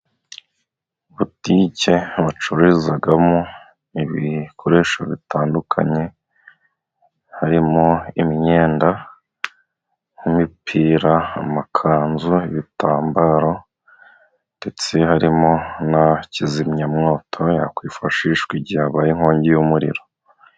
Butike bacururizamo ibikoresho bitandukanye, harimo imyenda nk'imipira, amakanzu, ibitambaro, ndetse harimo na kizimyamoto yakwifashishwa igihe habaye inkongi y'umuriro.